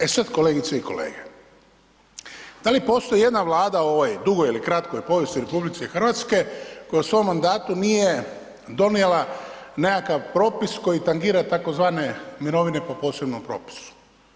E sada kolegice i kolege, da li postoji ijedna vlada u ovoj dugoj ili kratkoj povijesti RH koja u svom mandatu nije donijela nekakav propis koji tangira tzv. mirovine po posebnom propisu?